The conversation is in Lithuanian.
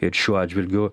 ir šiuo atžvilgiu